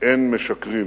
אין משקרים"